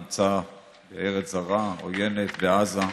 הוא נמצא בארץ זרה, עוינת, בעזה.